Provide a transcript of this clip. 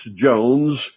Jones